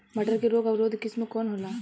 मटर के रोग अवरोधी किस्म कौन होला?